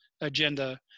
agenda